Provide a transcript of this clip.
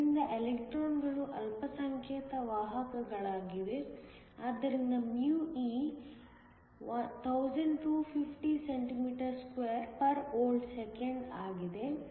ಆದ್ದರಿಂದ ಎಲೆಕ್ಟ್ರಾನ್ಗಳು ಅಲ್ಪಸಂಖ್ಯಾತ ವಾಹಕಗಳಾಗಿವೆ ಆದ್ದರಿಂದ μe 1250 cm2 V 1s 1 ಆಗಿದೆ